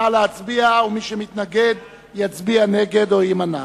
נא להצביע, ומי שמתנגד, יצביע נגד או יימנע.